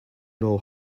know